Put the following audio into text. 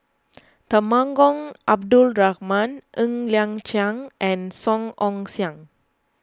Temenggong Abdul Rahman Ng Liang Chiang and Song Ong Siang